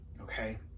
okay